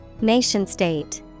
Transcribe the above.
Nation-state